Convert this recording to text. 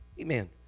Amen